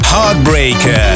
Heartbreaker